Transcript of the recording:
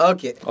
Okay